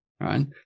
right